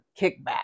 kickback